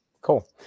Cool